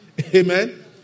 Amen